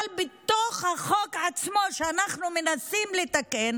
אבל בתוך החוק עצמו שאנחנו מנסים לתקן